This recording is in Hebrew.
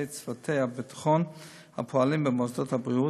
צוותי הביטחון הפועלים במוסדות הבריאות,